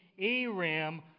Aram